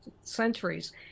centuries